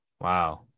wow